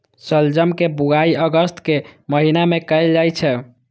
शलजम के बुआइ अगस्त के महीना मे कैल जाइ छै